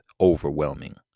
overwhelming